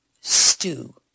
stew